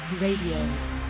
Radio